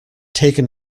taken